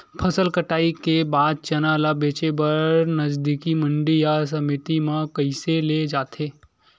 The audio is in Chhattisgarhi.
फसल कटाई के बाद चना ला बेचे बर नजदीकी मंडी या समिति मा कइसे ले जाथे?